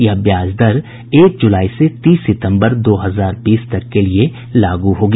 यह ब्याज दर एक जुलाई से तीस सितंबर दो हजार बीस तक के लिये लागू होगी